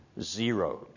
zeroed